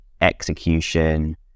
execution